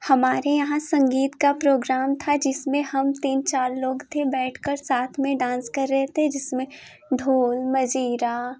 हमारे यहाँ संगीत का प्रोग्राम था जिसमें हम तीन चार लोग थे बैठकर साथ में डांस कर रहे थे जिसमें ढोल मंजीरा